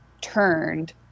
turned